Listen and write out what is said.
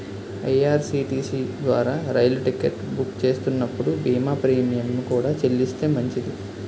IRCTC ద్వారా రైలు ticket book చేస్తున్నప్పుడు బీమా ప్రీమియంను కూడా చెల్లిస్తే మంచిది